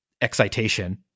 excitation